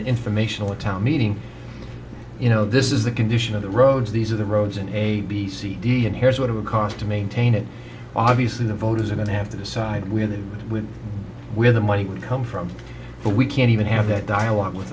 even informational a town meeting you know this is the condition of the roads these are the roads in a b c d and here's what it will cost to maintain it obviously the voters are going to have to decide where they will where the money would come from but we can't even have that dialogue with